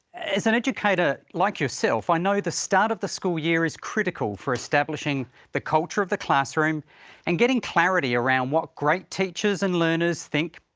as an educator like yourself, i know the start of the school year is critical for establishing the culture of the classroom and getting clarity around what great teachers and learners think,